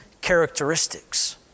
characteristics